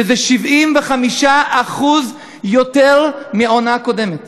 75% יותר מהעונה הקודמת.